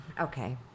Okay